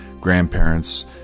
grandparents